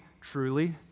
truly